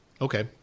Okay